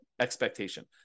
expectation